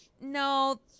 No